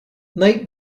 night